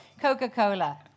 Coca-Cola